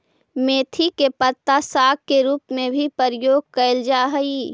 मेथी के पत्ता साग के रूप में भी प्रयोग कैल जा हइ